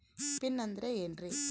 Pin ಅಂದ್ರೆ ಏನ್ರಿ?